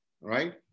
right